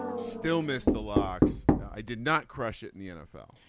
still missed the locks. i did not crush it in the nfl.